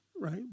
right